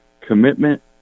commitment